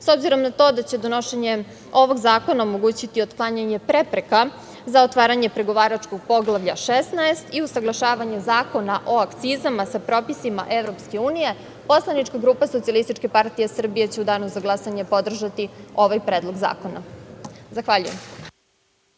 obzirom na to da će donošenjem ovog zakona omogućiti otklanjanje prepreka za otvaranje pregovaračkog Poglavlja 16. i usaglašavanje Zakona o akcizama sa propisima EU poslanička grupa SPS će u danu za glasanje podržati ovaj Predlog zakona. Zahvaljujem.